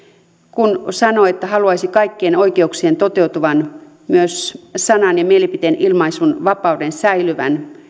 kun sanoo että haluaisi kaikkien oikeuksien toteutuvan myös sanan ja mielipiteen ilmaisun vapauden säilyvän